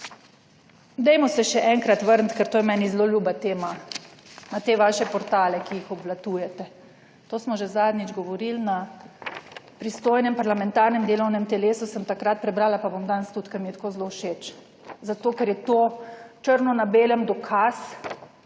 Dajmo se še enkrat vrniti, ker to je meni zelo ljuba tema, na te vaše portale, ki jih obvladujete. To smo že zadnjič govorili na pristojnem parlamentarnem delovnem telesu, sem takrat prebrala, pa bom danes tudi, ker mi je tako zelo všeč, zato ker je to črno na belem dokaz,